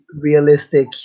Realistic